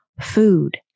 food